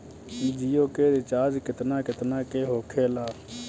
जियो के रिचार्ज केतना केतना के होखे ला?